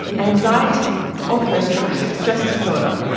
anxiety or post-traumatic stress disorder,